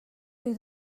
ohi